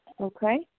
Okay